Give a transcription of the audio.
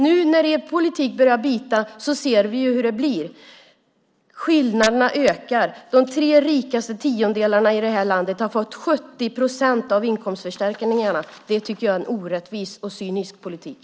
Nu när er politik börjar bita ser vi ju hur det blir. Skillnaderna ökar. De tre rikaste tiondelarna i landet har fått 70 procent av inkomstförstärkningarna. Det tycker jag är en orättvis och cynisk politik.